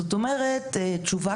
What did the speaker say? זאת אומרת תשובה,